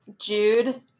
Jude